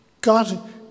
God